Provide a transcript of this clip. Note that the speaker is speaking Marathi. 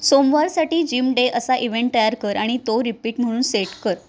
सोमवारसाठी जिम डे असा इवेंट तयार कर आणि तो रिपीट म्हणून सेट कर